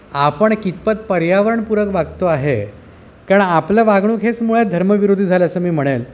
आपण कितपत पर्यावरणपूरक वागतो आहे कारण आपलं वागणूक हेच मुळात धर्मविरोधी झालं असं मी म्हणेल